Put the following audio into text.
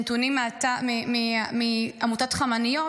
אלה נתונים מעמותת חמניות,